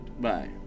Bye